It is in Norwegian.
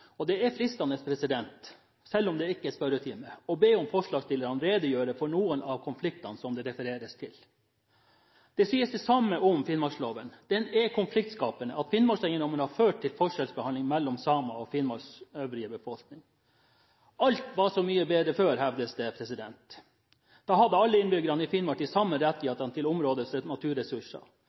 tilhørighet. Det er fristende – selv om det ikke er spørretime – å be forslagsstillerne redegjøre for noen av konfliktene det refereres til. Det sies det samme om finnmarksloven: Den er konfliktskapende, og at Finnmarkseiendommen har ført til forskjellsbehandling mellom samer og Finnmarks øvrige befolkning. Alt var så mye bedre før, hevdes det, da hadde alle innbyggerne i Finnmark de samme rettighetene til områdets naturressurser,